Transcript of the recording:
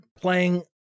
playing